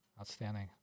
Outstanding